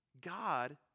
God